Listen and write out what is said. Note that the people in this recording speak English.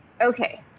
okay